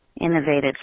innovative